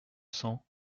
cents